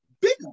Bigger